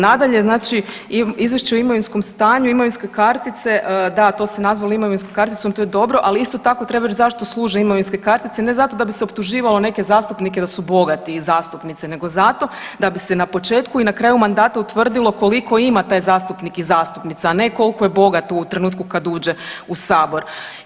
Nadalje, znači u izvješću o imovinskom stanju imovinske kartice, da to su nazvali imovinskom karticom, to je dobro, ali isto tako treba znati zašto služe imovinske kartice, ne zato da bi se optuživalo neke zastupnike da su bogati i zastupnice nego zato da bi se na početku i na kraju mandata utvrdilo koliko ima taj zastupnik i zastupnica, a ne kolko je bogat u trenutku kad uđe u sabor.